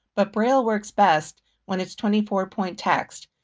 but braille works best when it's twenty four point text,